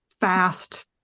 fast